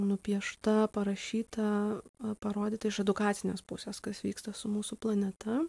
nupiešta parašyta parodyta iš edukacinės pusės kas vyksta su mūsų planeta